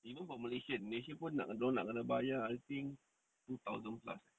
even for malaysian malaysian pun dia orang nak kena bayar I think two thousand plus eh